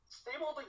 stable